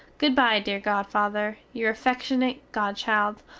goodbye, dear godfather, your affeckshunate godchild,